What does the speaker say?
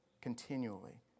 continually